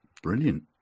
Brilliant